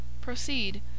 Proceed